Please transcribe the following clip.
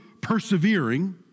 persevering